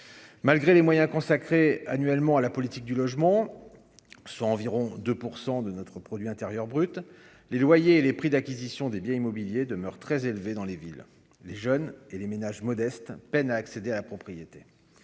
malgré les moyens consacrés annuellement à la politique du logement, soit environ 2 % de notre produit intérieur brut, les loyers et les prix d'acquisition des biens immobiliers demeure très élevé dans les villes, les jeunes et les ménages modestes peinent à accéder à la propriété,